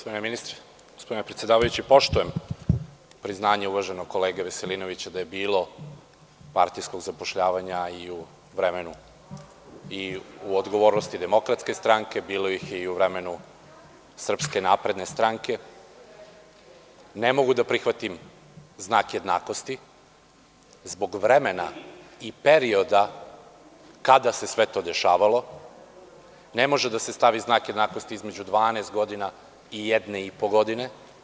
Gospodine ministre, gospodine predsedavajući, poštujem znanje uvaženog kolege Veselinovića da je bilo partijskog zapošljavanja i u vremenu i u odgovornosti Demokratske stranke, bilo ih je i u vremenu Srpske napredne stranke, ne mogu da prihvatim znak jednakosti zbog vremena i perioda kada se sve to dešavalo Ne može da se stavi znak jednakosti između 12 godina i jedne i po godine.